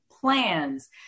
plans